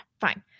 Fine